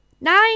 Nine